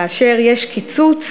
כאשר יש קיצוץ,